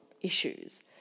issues